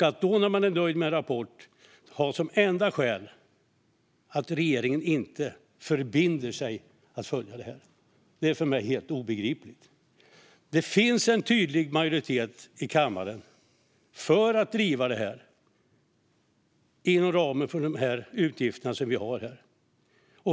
Att då, när man är nöjd med en rapport, ha som enda skäl att inte skriva under att regeringen inte förbinder sig att följa det här är för mig helt obegripligt. Det finns en tydlig majoritet i kammaren för att driva det här inom ramen för de utgifter vi har.